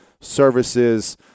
services